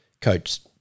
coach